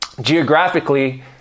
Geographically